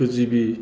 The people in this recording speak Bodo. टु जिबि